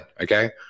okay